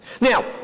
Now